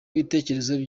ibitekerezo